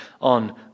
on